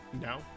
No